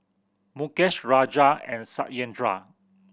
Mukesh Raja and Satyendra